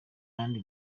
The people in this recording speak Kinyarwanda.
kandi